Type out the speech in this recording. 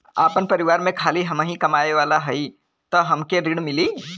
आपन परिवार में खाली हमहीं कमाये वाला हई तह हमके ऋण मिली?